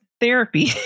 therapy